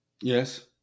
Yes